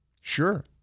sure